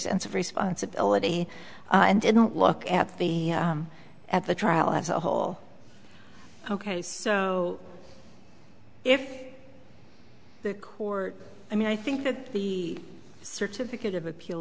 sense of responsibility and didn't look at the at the trial as a whole ok so if the court i mean i think that the certificate of appeal